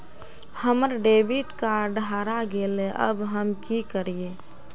हमर debit card हरा गेले अब हम की करिये?